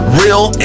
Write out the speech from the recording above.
real